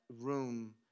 room